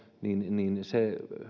niin se